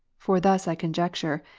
for thus i conjecture,